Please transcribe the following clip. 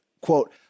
quote